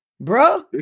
bro